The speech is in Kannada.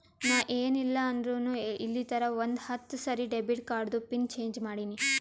ನಾ ಏನ್ ಇಲ್ಲ ಅಂದುರ್ನು ಇಲ್ಲಿತನಾ ಒಂದ್ ಹತ್ತ ಸರಿ ಡೆಬಿಟ್ ಕಾರ್ಡ್ದು ಪಿನ್ ಚೇಂಜ್ ಮಾಡಿನಿ